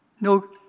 no